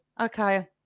okay